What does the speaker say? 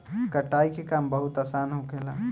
कटाई के काम बहुत आसान होखेला